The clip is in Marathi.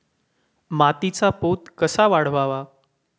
मातीचा पोत कसा वाढवावा?